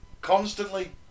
constantly